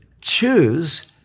choose